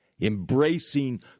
Embracing